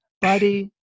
buddy